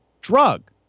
drug